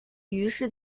于是